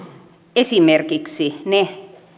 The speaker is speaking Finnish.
esimerkiksi niille